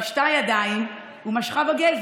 בשעה כזאת נאום בכורה?